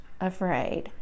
afraid